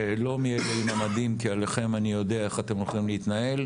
לא מאלה עם המדים כי עליכם אני יודע איך אתם הולכים להתנהל,